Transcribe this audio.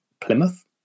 Plymouth